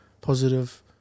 positive